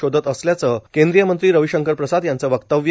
शोधत असल्याचं केंद्रीय मंत्री रविशंकर प्रसाद यांचं वक्तव्य